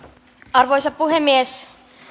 arvoisa puhemies